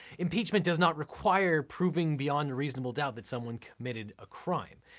impeachment does not require proving beyond a reasonable doubt that someone committed a crime.